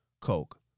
coke